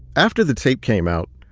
after the tape came out,